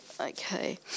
okay